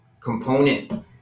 component